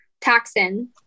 toxin